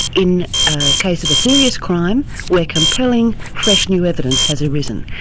in the case of serious crime where compelling, fresh new evidence has arisen.